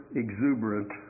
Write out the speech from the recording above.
exuberant